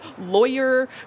lawyer